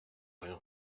rien